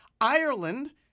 Ireland